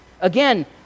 Again